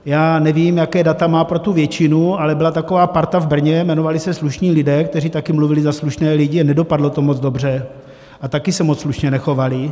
Já nevím, jaká data má pro tu většinu, ale byla taková parta v Brně, jmenovali se Slušní lidé, kteří taky mluvili za slušné lidi a nedopadlo to moc dobře a taky se moc slušně nechovali.